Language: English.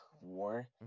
war